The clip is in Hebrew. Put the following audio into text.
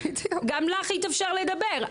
גם לה התאפשר לדבר,